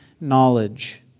knowledge